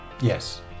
Yes